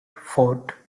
fort